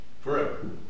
forever